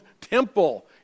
temple